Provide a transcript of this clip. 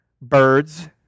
birds